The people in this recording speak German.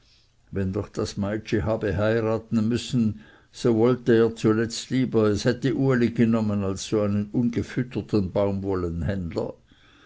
wenn doch das meitschi habe heiraten müssen so wollte er zuletzt lieber es hätte uli genommen als so einen ungefütterten